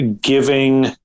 giving